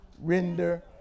render